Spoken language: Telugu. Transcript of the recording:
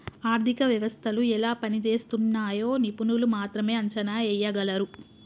ఆర్థిక వ్యవస్థలు ఎలా పనిజేస్తున్నయ్యో నిపుణులు మాత్రమే అంచనా ఎయ్యగలరు